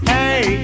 Hey